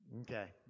Okay